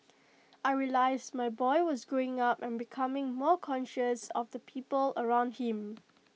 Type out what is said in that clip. I realised my boy was growing up and becoming more conscious of the people around him